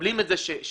מקבלים את זה שבהחלט